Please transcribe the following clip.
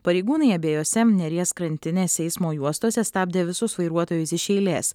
pareigūnai abiejose neries krantinės eismo juostose stabdė visus vairuotojus iš eilės